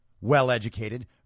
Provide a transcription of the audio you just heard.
well-educated